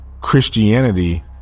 Christianity